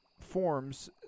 forms